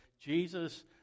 Jesus